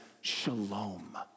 shalom